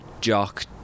Jock